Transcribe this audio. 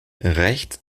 rechts